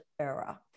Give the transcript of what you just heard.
era